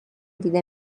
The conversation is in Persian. دیده